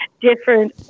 different